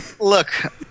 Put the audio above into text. Look